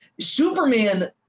Superman